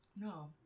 no